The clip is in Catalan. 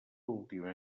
última